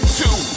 two